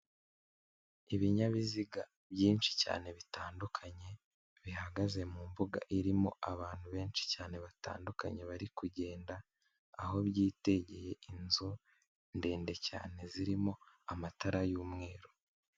Ibinyabiziga byinshi cyane bitandukanye, bihagaze mu mbuga irimo abantu benshi cyane batandukanye, bari kugenda, aho byitegeye inzu ndende cyane, zirimo amatara y'umweru.